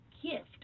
gift